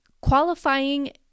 qualifying